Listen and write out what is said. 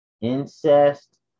Incest